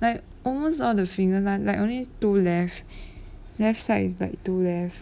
like almost all the fingers like only two left left side is like two left